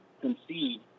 concede